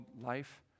life